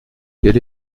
quel